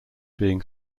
being